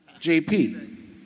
JP